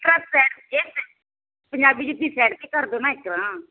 ਪੰਜਾਬੀ ਜੁੱਤੀ ਸਾਈਡ 'ਤੇ ਕਰ ਦਿਓ ਨਾ ਇੱਕ ਨਾ